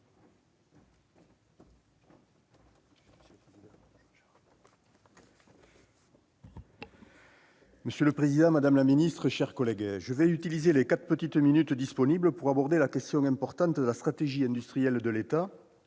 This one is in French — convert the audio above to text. Monsieur le président, madame la secrétaire d'État, mes chers collègues, je vais utiliser les quatre petites minutes qui m'ont été allouées pour aborder la question importante de la stratégie industrielle de l'État,